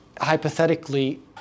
hypothetically